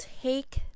take